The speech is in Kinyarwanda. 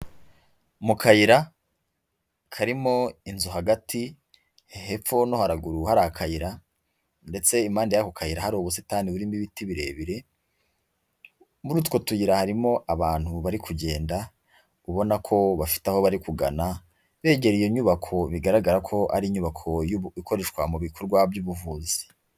Mu kayira karimo inzu hagati, hepfo no haraguru hari akayira ndetse impande y'ako kayira hari ubusitani burimo ibiti birebire, muri utwo tuyira harimo abantu bari kugenda ubona ko bafite aho bari kugana begera iyo nyubako bigaragara ko ari inyubako y'ubu ikoreshwa mu bikorwa by'ubuvuzi.